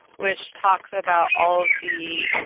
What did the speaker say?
which talks about all of the